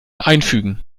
einfügen